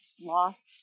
lost